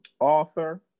Author